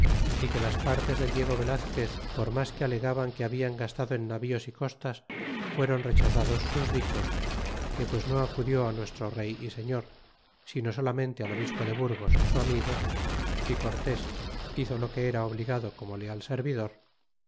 y que las partes del diego velazquez por mas que alegaban que habla gastado en navíos y costas fueron rechazados sus dichos que pues no acudió nuestro rey y señor sino solamente al obispo de burgos su amigo y cortés hizo lo que era obligado como leal servidor